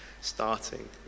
starting